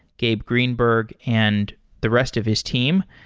gabe greenberg, and the rest of his team.